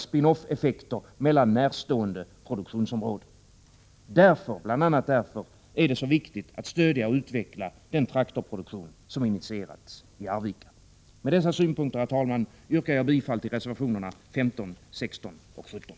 spinoff-effekter mellan närstående produktionsområden. Bl.a. därför är det viktigt att stödja och utveckla den traktorproduktion som initierats i Arvika. Med dessa synpunkter, herr talman, yrkar jag bifall till reservationerna 15, 16 och 17.